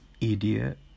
idiot